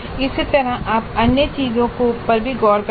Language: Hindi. इसी तरह आप अन्य सभी चीजों पर गौर कर सकते हैं